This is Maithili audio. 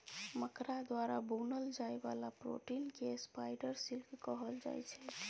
मकरा द्वारा बुनल जाइ बला प्रोटीन केँ स्पाइडर सिल्क कहल जाइ छै